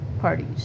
parties